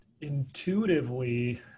Intuitively